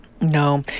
No